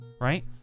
right